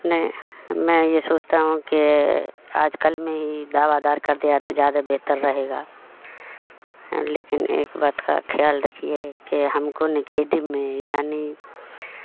نہیں میں یہ سوچتا ہوں کہ آج کل میں ہی دعوادار کر دیا تو زیادہ بہتر رہے گا لیکن ایک بات کا خیال رکھی ہے کہ ہم کو نے کی ڈیم میں یعنی